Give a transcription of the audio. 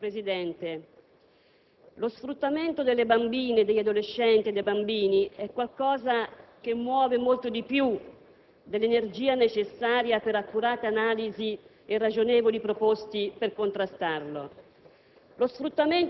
Signor Presidente, lo sfruttamento delle bambine, dei bambini e degli adolescenti è qualcosa che muove molto di più dell'energia necessaria per accurate analisi e ragionevoli proposte per contrastarlo.